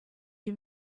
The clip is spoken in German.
die